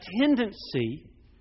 tendency